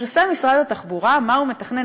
פרסם משרד התחבורה מה הוא מתכנן,